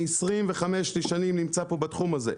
אני 25 שנים נמצא פה בתחום הזה,